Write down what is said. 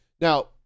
Now